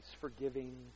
forgiving